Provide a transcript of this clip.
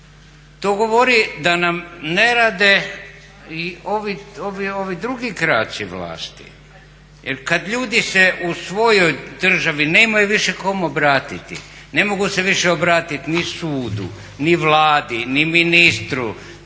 To govori da nam ne rade i ovi drugi kraci vlasti. Jer kada ljudi se u svojoj državi nemaju više kome obratiti, ne mogu se više obratiti ni sudu, ni Vladi, ni ministru,